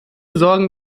sorgen